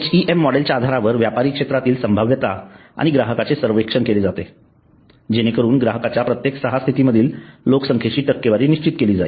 HEM मॉडेलच्या आधारावर व्यापारी क्षेत्रातील संभाव्यता आणि ग्राहकांचे सर्वेक्षण केले जाते जेणेकरून ग्राहकांच्या प्रत्येकी सहा स्थितीमधील लोकसंख्येची टक्केवारी निश्चित केली जाईल